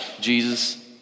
Jesus